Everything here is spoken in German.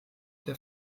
der